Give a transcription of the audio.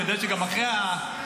אני יודע שגם אחרי חוזרים,